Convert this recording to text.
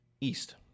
east